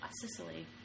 Sicily